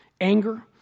anger